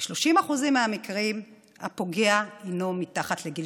ב-30% מהמקרים הפוגע הינו מתחת לגיל